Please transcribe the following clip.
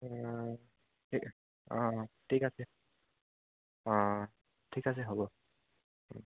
ঠিক অঁ ঠিক আছে অঁ ঠিক আছে হ'ব